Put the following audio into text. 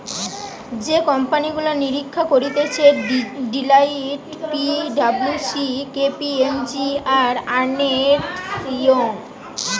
যে কোম্পানি গুলা নিরীক্ষা করতিছে Deloitte, P W C, K P M G, আর আর্নেস্ট ইয়ং